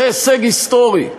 זה הישג היסטורי.